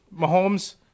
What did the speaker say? Mahomes